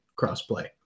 crossplay